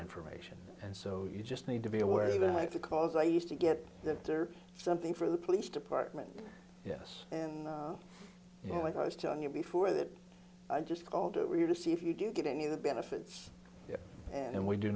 information and so you just need to be aware that i have to cause i used to get something for the police department yes you know like i was telling you before that i just called over here to see if you get any of the benefits and we do